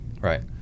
Right